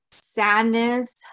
sadness